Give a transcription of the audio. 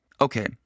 Okay